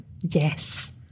Yes